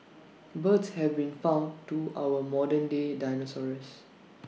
birds have been found to our modern day dinosaurs